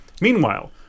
Meanwhile